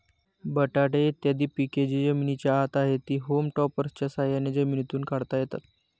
बटाटे इत्यादी पिके जी जमिनीच्या आत आहेत, ती होम टॉपर्सच्या साह्याने जमिनीतून काढता येतात